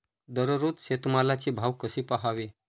दररोज शेतमालाचे भाव कसे पहावे?